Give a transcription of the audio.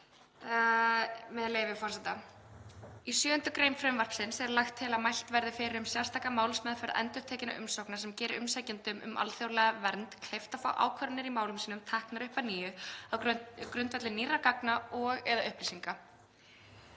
„Í 7. gr. frumvarpsins er lagt til að mælt verði fyrir um sérstaka málsmeðferð endurtekinna umsókna sem geri umsækjendum um alþjóðlega vernd kleift að fá ákvarðanir í málum sínum teknar upp að nýju á grundvelli nýrra gagna og/eða upplýsinga.